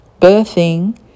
birthing